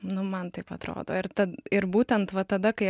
nu man taip atrodo ir tad ir būtent va tada kai